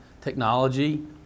Technology